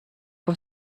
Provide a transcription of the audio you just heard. for